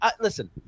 listen